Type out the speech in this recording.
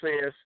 says